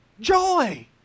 Joy